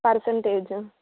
percentage